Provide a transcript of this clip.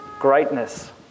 greatness